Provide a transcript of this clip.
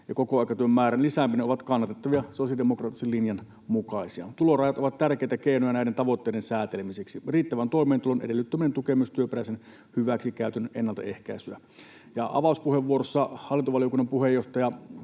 Kokoaikatyön määrän lisääminen on kannatettavaa, sosiaalidemokraattisen linjan mukaista. Tulorajat ovat tärkeitä keinoja näiden tavoitteiden säätelemiseksi. Riittävän toimeentulon edellyttäminen tukee myös työperäisen hyväksikäytön ennaltaehkäisyä. Avauspuheenvuorossa hallintovaliokunnan puheenjohtaja,